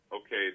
okay